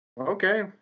Okay